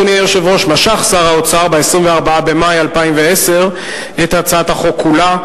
אדוני היושב-ראש משך שר האוצר ב-24 במאי 2010 את הצעת החוק כולה,